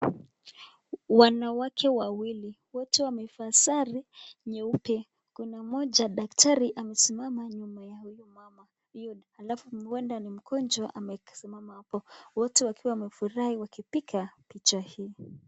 Wanawake wawili, wote wamevaa sare nyeupe. Kuna mmoja daktari amesimama nyuma ya huyu mama Yud, alafu huenda ni mgonjwa amesimama hapo. Wote wakiwa wamefurahi wakipiga picha hii.